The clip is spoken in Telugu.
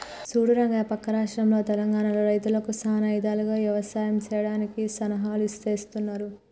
సూడు రంగయ్య పక్క రాష్ట్రంలో తెలంగానలో రైతులకు సానా ఇధాలుగా యవసాయం సెయ్యడానికి సన్నాహాలు సేస్తున్నారు